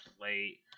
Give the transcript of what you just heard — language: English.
late